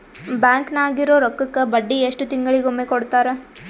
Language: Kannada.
ಬ್ಯಾಂಕ್ ನಾಗಿರೋ ರೊಕ್ಕಕ್ಕ ಬಡ್ಡಿ ಎಷ್ಟು ತಿಂಗಳಿಗೊಮ್ಮೆ ಕೊಡ್ತಾರ?